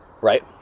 right